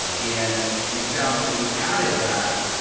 um and we found that when we added that,